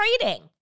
trading